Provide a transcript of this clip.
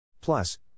Plus